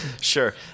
Sure